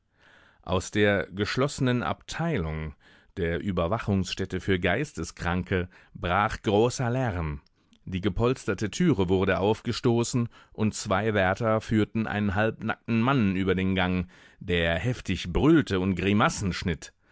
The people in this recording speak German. aus der geschlossenen abteilung der überwachungsstätte für geisteskranke brach großer lärm die gepolsterte türe wurde aufgestoßen und zwei wärter führten einen halbnackten mann über den gang der heftig brüllte und grimassen schnitt